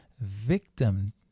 victim